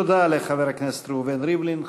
תודה לחבר הכנסת ראובן ריבלין.